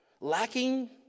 lacking